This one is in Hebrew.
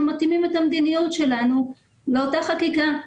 מתאימים את המדיניות שלנו לאותה חקיקה.